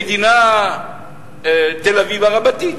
למדינת תל-אביב רבתי,